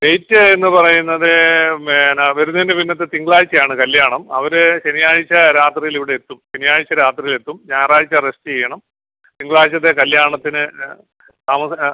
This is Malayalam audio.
ഡേറ്റ് എന്ന് പറയുന്നത് എന്നാ വരുന്നതിൻ്റെ പിന്നത്തെ തിങ്കളാഴ്ച്ചയാണ് കല്ല്യാണം അവര് ശനിയാഴ്ച്ച രാത്രിയിൽ ഇവിടെ എത്തും ശനിയാഴ്ച രാത്രിയിൽ എത്തും ഞായറാഴ്ച്ച റെസ്റ്റ് ചെയ്യണം തിങ്കളാഴ്ച്ചത്തെ കല്ല്യാണത്തിന് താമസം